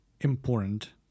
important